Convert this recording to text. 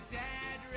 dead